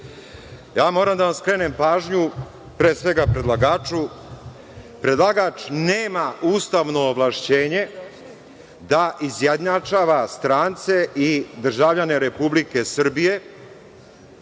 da vam skrenem pažnju, pre svega predlagaču, predlagač nema ustavno ovlašćenje da izjednačava strance i državljane Republike Srbije,